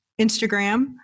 Instagram